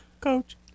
Coach